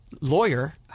lawyer